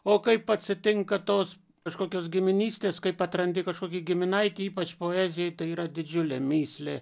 o kaip atsitinka tos kažkokios giminystės kaip atrandi kažkokį giminaitį ypač poezijoje tai yra didžiulė mįslė